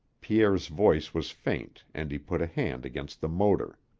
pierre's voice was faint and he put a hand against the motor.